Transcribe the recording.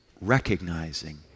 recognizing